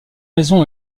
maisons